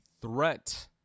threat